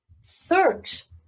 Search